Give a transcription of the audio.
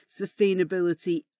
sustainability